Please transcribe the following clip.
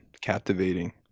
captivating